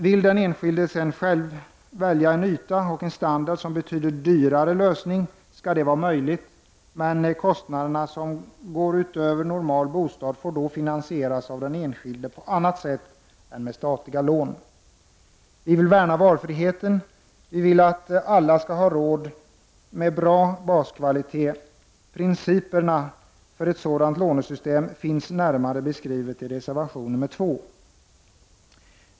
Vill den enskilde välja en yta och standard som betyder dyrare lösning, skall det vara möjligt — men kostnader som går utöver normal bostad får då finansieras av den enskilde på annat sätt än med statliga lån. Vi vill värna valfriheten. Vi vill att alla skall ha råd med bra baskvalitet. Principerna för ett sådant lånesystem finns närmare beskrivna i reservation nr2.